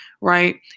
right